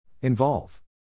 Involve